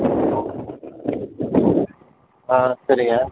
ஆ சரிங்க